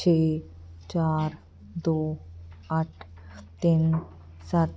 ਛੇ ਚਾਰ ਦੋ ਅੱਠ ਤਿੰਨ ਸੱਤ